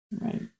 Right